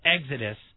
exodus